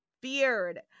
beard